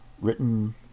written